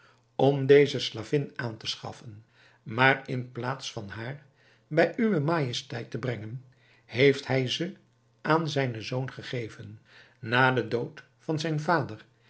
om deze slavin aan te schaffen maar in plaats van haar bij uwe majesteit te brengen heeft hij ze aan zijnen zoon gegeven na den dood van zijn vader